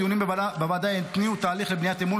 הדיונים בוועדה התניעו תהליך לבניית אמון,